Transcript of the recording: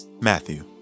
Matthew